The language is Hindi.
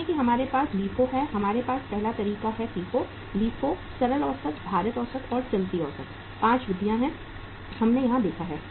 देखें कि हमारे पास LIFO है हमारे पास पहला तरीका है FIFO LIFO सरल औसत भारित औसत और चलती औसत 5 विधियां हैं हमने यहां देखा है